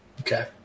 Okay